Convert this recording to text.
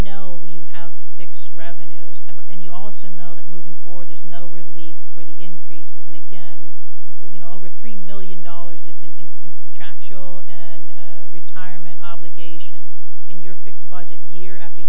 know you have fixed revenues and you also know that moving forward there's no relief for the increases and again you know over three million dollars just in contractual and retirement obligations in your fixed budget year after